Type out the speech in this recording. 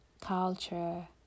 culture